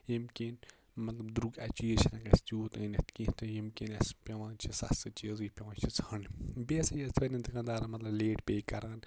ییٚمہِ کِنۍ مَطلَب درٛوگ اَکھ چیز چھِنہٕ ہیٚکان أسۍ تِیوت أنِتھ کیٚنٛہہ تہٕ ییٚمہِ کِنۍ اَسہِ پیٚوان چھِ سَستہٕ چیزٕے پیٚوان چھِ ژھانٛڈٕنۍ بیٚیہِ ہَسا چھِ یتھ کٲٹھۍ دُکاندارَن مَطلَب لیٹ پے کَران